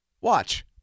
Watch